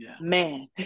man